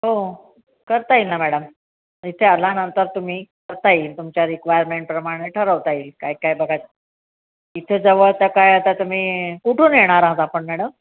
हो करता येईल ना मॅडम इथे आल्यानंतर तुम्ही करता येईल तुमच्या रिक्वायरमेंटप्रमाणे ठरवता येईल काय काय बघा इथं जवळ तर काय आता तुम्ही कुठून येणार आहात आपण मॅडम